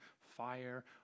fire